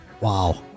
Wow